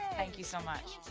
thank you so much.